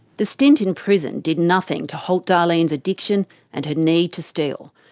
the stint in prison did nothing to halt darlene's addiction and her need to steal.